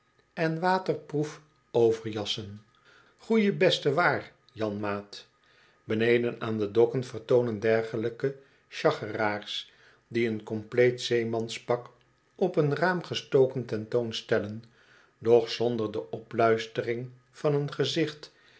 en waterproefoverjassen goeie beste waar janmaat beneden aan de dokken vertoonen dergelijke schacheraars die een compleet zeemanspak op een raam gestoken ten toon stellen doch zonder de opluistering van een gezicht